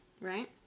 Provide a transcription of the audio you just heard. right